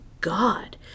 God